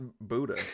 Buddha